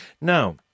Now